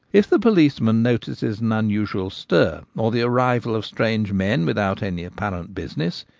if the policeman notices an unusual stir, or the arrival of strange men without any apparent business,